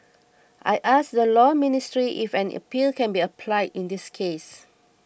I asked the Law Ministry if an appeal can be applied in this case